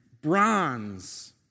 bronze